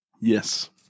Yes